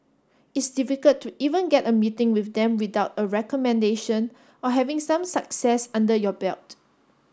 it's difficult to even get a meeting with them without a recommendation or having some success under your belt